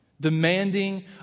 Demanding